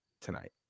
tonight